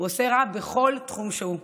הוא עושה רע בכל תחום שהוא.